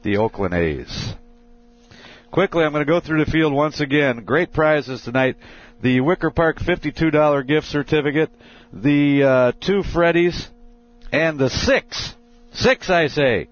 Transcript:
the oakland a's quickly i'm going to go through the field once again great prizes tonight the wicker park fifty two dollar gift certificate the two freddy's and the six six i'd say